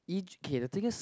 egy~ k the thing is